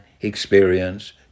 experience